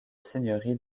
seigneurie